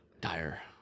dire